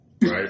Right